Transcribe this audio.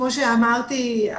כמו שאמרתי,